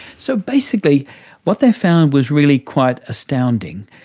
so basically what they found was really quite astounding,